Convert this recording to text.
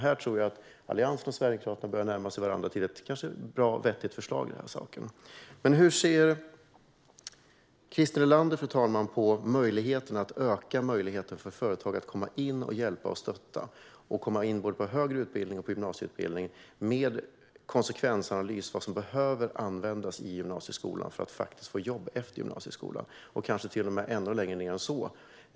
Här tror jag att Alliansen och Sverigedemokraterna börjar närma sig varandra och ett bra och vettigt förslag. Hur ser Christer Nylander på att öka möjligheterna för företag att komma in och hjälpa och stötta, både på gymnasieutbildning och på högre utbildning, med konsekvensanalys av vad som behöver användas i gymnasieskolan för att man faktiskt ska få jobb efter gymnasieskolan? Kanske komma in ännu tidigare?